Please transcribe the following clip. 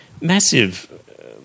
massive